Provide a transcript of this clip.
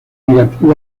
negativa